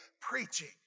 preaching